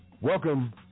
Welcome